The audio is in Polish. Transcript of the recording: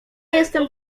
jestem